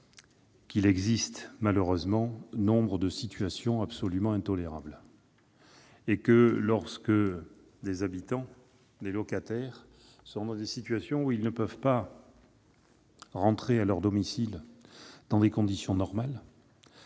qu'il existe, malheureusement, nombre de situations absolument intolérables ; lorsque des habitants, des locataires, ne peuvent pas rentrer à leur domicile dans des conditions normales,